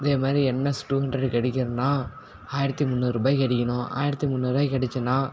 இதே மாதிரி NS two ஹண்ட்ரடுக்கு அடிக்கறதுன்னால் ஆயிரத்தி முந்நூறு ரூபாய்க்கு அடிக்கணும் ஆயிரத்தி முந்நூறு ரூவாய்க்கு அடித்தேன்னா